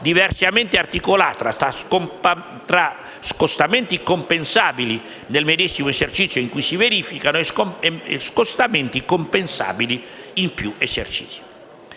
diversamente articolata tra scostamenti compensabili nel medesimo esercizio in cui si verificano e scostamenti compensabili in più esercizi.